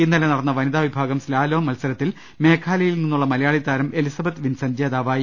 ഇന്നലെ നടന്ന വനിതാവിഭാഗം സ്താലോം മത്സരത്തിൽ മേഘാലയയിൽ നിന്നുള്ള മലയാളി താരം എലിസബത്ത് വിൻസന്റ് ജേതാവായി